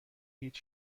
هیچ